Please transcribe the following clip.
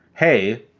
hey,